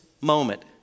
moment